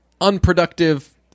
unproductive